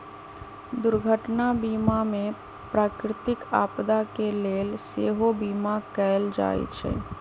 दुर्घटना बीमा में प्राकृतिक आपदा के लेल सेहो बिमा कएल जाइ छइ